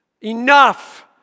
enough